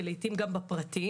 ולעיתים גם בפרטי,